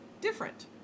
different